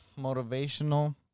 motivational